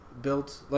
built